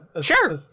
Sure